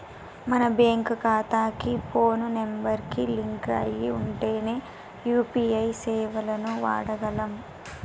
మన బ్యేంకు ఖాతాకి phone number కి లింక్ అయ్యి ఉంటేనే యూ.పీ.ఐ సేవలను వాడగలం